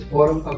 Forum